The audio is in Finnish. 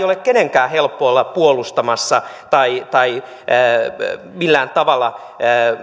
ole kenenkään helppo olla puolustamassa tai tai millään tavalla